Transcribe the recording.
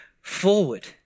forward